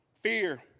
fear